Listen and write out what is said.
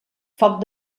foc